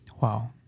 Wow